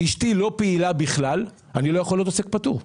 והיא לא פעילה בה בכלל היא יכולה להיות עוסק פטור.